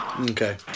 Okay